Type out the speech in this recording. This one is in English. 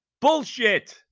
Bullshit